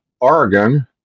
Oregon